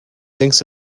thinks